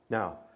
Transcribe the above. Now